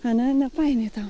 ane nefainiai tau